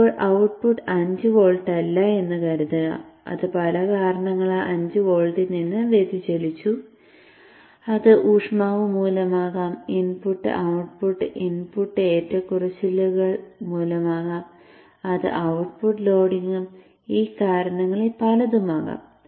ഇപ്പോൾ output 5 volt അല്ല എന്ന് കരുതുക അത് പല കാരണങ്ങളാൽ 5 വോൾട്ടിൽ നിന്ന് വ്യതിചലിച്ചു അത് ഊഷ്മാവ് മൂലമാകാം ഇൻപുട്ട് ഔട്ട്പുട്ട് ഇൻപുട്ട് ഏറ്റക്കുറച്ചിലുകൾ മൂലമാകാം അത് ഔട്ട്പുട്ട് ലോഡിംഗും ഈ കാരണങ്ങളിൽ പലതും ആകാം